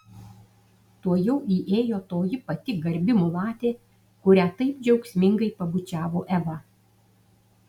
tuojau įėjo toji pati garbi mulatė kurią taip džiaugsmingai pabučiavo eva